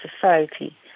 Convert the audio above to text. society